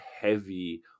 heavy